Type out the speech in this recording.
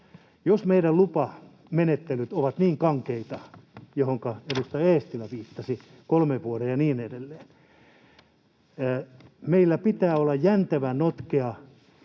jos meidän lupamenettelyt ovat niin kankeita, mihinkä edustaja Eestilä viittasi: kolme vuotta ja niin edelleen. Meillä pitää olla jäntevä, notkea,